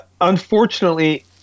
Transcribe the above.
unfortunately